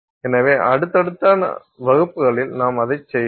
எனவே அடுத்தடுத்த வகுப்புகளில் நாம் அதை செய்வோம்